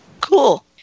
Cool